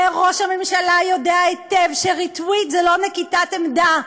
וראש הממשלה יודע היטב ש-retweet זה לא נקיטת עמדה.